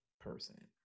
person